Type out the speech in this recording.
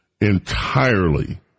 entirely